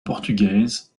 portugaise